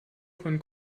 von